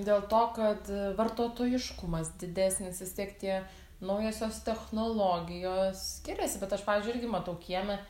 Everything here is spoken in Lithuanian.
dėl to kad vartotojiškumas didesnis vis tiek tie naujosios technologijos skiriasi bet aš pavyzdžiui irgi matau kieme